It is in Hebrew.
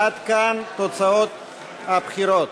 עד כאן תוצאות הבחירות.